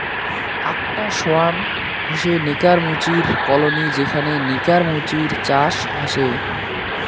আকটা সোয়ার্ম হসে নেকার মুচির কলোনি যেখানে নেকার মুচির চাষ হসে